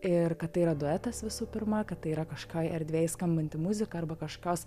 ir kad tai yra duetas visų pirma kad tai yra kažkokioj erdvėj skambanti muzika arba kažkokios